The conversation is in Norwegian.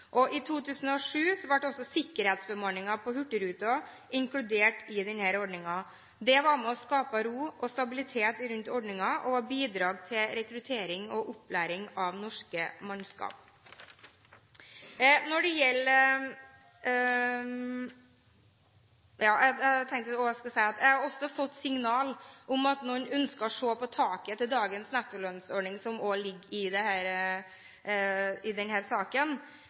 I 2007 ble også sikkerhetsbemanningen på Hurtigruten inkludert i denne ordningen. Det var med på å skape ro og stabilitet rundt ordningen og har bidratt til rekruttering og opplæring av norsk mannskap. Jeg har også fått signaler i denne saken om at noen ønsker å se på taket når det gjelder dagens nettolønnsordning. Men det er så langt ikke gjort noen anslag for dynamiske virkninger knyttet til om- og